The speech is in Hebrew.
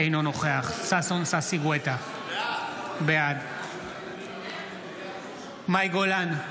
אינו נוכח ששון ששי גואטה, בעד מאי גולן,